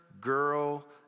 girl